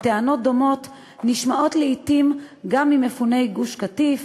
וטענות דומות נשמעות לעתים גם ממפוני גוש-קטיף,